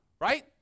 right